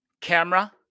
camera